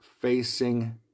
facing